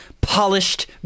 polished